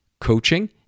coaching